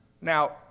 Now